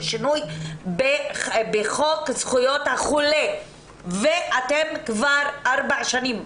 שינוי בחוק זכויות החולה ואתם כבר ארבע שנים,